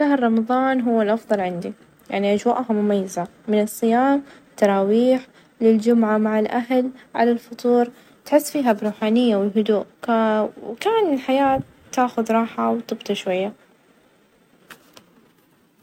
أحب عيد الفطر لإنه يجمع العائلة والناس اللي أحبهم ،الأجواء تكون حلوة ،والفرحة واضحة في كل مكان من الفطور ، للزيارات، والهدايا، كلها تكون بلمسة دينية وروحية.